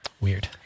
Weird